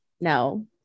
No